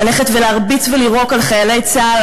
ללכת ולהרביץ ולירוק על חיילי צה"ל,